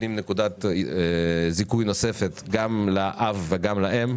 נותנים נקודת זיכוי נוספת גם לאב וגם לאם,